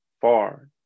far